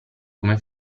come